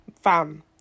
Fam